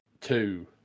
Two